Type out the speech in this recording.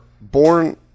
born